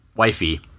wifey